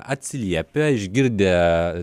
atsiliepę išgirdę